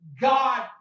God